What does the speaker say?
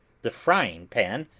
the frying pan,